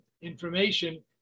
information